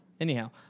anyhow